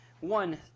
one